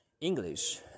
english